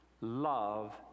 love